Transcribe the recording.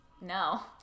No